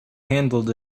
handled